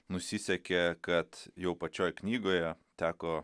nusisekė kad jau pačioje knygoje teko